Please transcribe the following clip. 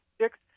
six